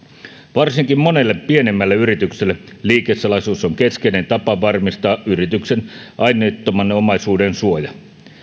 varsinkin monelle pienemmälle yritykselle liikesalaisuus on keskeinen tapa varmistaa yrityksen aineettoman omaisuuden suoja